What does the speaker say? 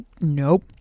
nope